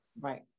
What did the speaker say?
Right